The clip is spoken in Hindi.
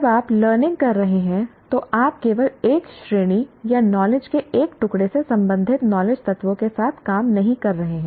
जब आप लर्निंग कर रहे हैं तो आप केवल एक श्रेणी या नॉलेज के एक टुकड़े से संबंधित नॉलेज तत्वों के साथ काम नहीं कर रहे हैं